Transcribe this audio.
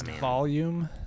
volume